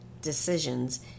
decisions